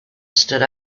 stood